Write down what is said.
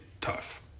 tough